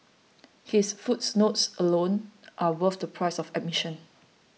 his footnotes alone are worth the price of admission